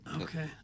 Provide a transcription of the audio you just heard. Okay